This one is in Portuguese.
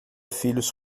filhos